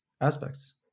aspects